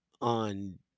on